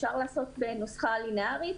אפשר לעשות בנוסחה ליניארית.